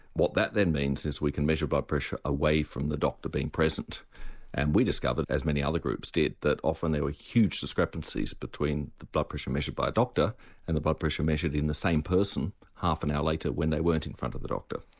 what that then means is we can measure blood pressure away from the doctor being present and we discovered, as many other groups did, that often there were huge discrepancies between the blood pressure measured by a doctor and the blood but pressure measured in the same person half an hour later when they weren't in front of the doctor.